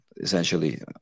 essentially